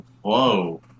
Whoa